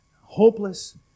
hopeless